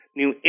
new